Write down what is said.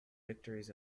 victories